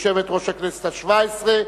יושבת-ראש הכנסת השבע-עשרה,